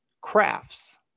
crafts